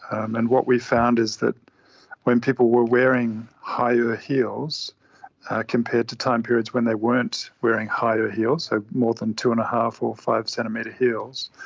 and what we found is that when people were wearing higher heels compared to time periods when they weren't wearing higher heels, so more than two. and five or five-centimetre heels,